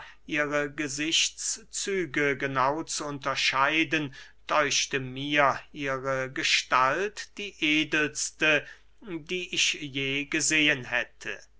ihre gesichtszüge genau zu unterscheiden däuchte mir ihre gestalt die edelste die ich je gesehen hätte